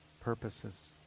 purposes